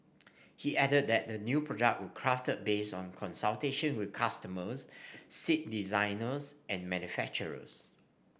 he added that the new product were crafted based on consultation with customers seat designers and manufacturers